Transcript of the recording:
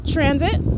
Transit